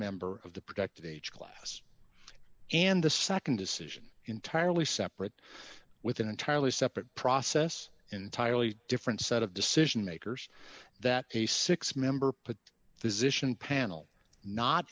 member of the protected age class and the nd decision entirely separate with an entirely separate process entirely different set of decision makers that a six member put physician panel not